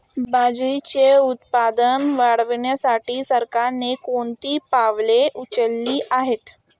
बाजरीचे उत्पादन वाढविण्यासाठी सरकारने कोणती पावले उचलली आहेत?